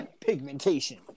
Pigmentation